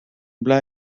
bleiben